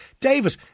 David